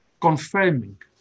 confirming